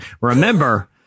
remember